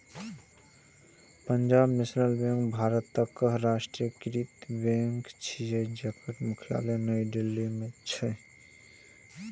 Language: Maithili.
पंजाब नेशनल बैंक भारतक राष्ट्रीयकृत बैंक छियै, जेकर मुख्यालय नई दिल्ली मे छै